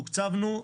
לצערי תוקצבנו,